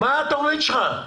מה התכנית שלך?